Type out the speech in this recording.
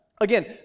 Again